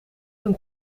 een